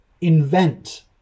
Invent